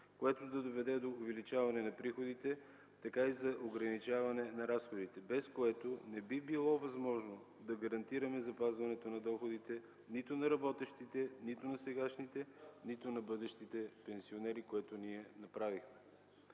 което да доведе до увеличаване на приходите, така и за ограничаване на разходите, без което не би било възможно да гарантираме запазването на доходите нито на работещите, нито на сегашните, нито на бъдещите пенсионери, което ние направихме.